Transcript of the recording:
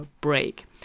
break